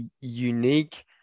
unique